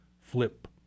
flip